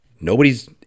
Nobody's